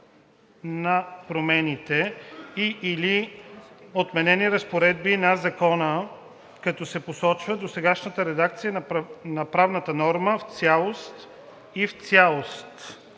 на променените и/или отменени разпоредби на закони, като се посочва досегашната редакция на правната норма в цялост и в цялост